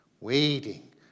waiting